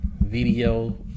video